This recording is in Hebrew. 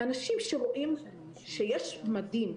אנשים שרואים שיש מדים,